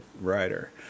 writer